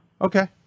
Okay